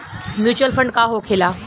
Mutual fund का होखेला?